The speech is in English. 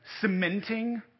Cementing